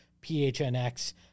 PHNX